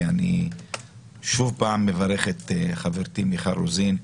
אני שוב מברך את חברתי מיכל רוזין,